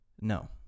No